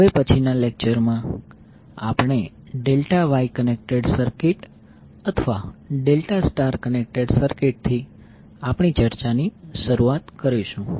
હવે પછીના લેક્ચરમાં આપણે ડેલ્ટા વાય કનેક્ટેડ સર્કિટ અથવા ડેલ્ટા સ્ટાર કનેક્ટેડ સર્કિટથી આપણી ચર્ચા શરૂ કરીશું